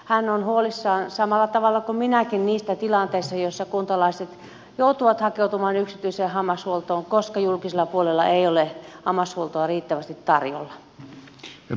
hän on huolissaan samalla tavalla kuin minäkin niistä tilanteista joissa kuntalaiset joutuvat hakeutumaan yksityiseen hammashuoltoon koska julkisella puolella ei ole hammashuoltoa riittävästi tarjolla